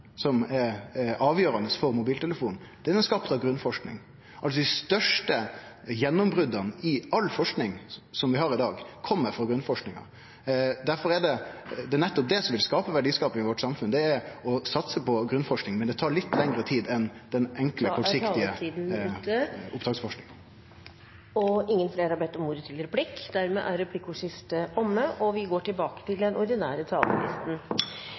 som er avgjerande for mobiltelefonen, er skapt ut frå grunnforsking. Dei største gjennombrota i all forsking som vi har i dag, kjem frå grunnforskinga. Det som nettopp vil gje verdiskaping i samfunnet vårt, er å satse på grunnforsking, men det tar litt lengre tid enn den enkle og forsiktige oppdragsforskinga. Replikkordskiftet er omme.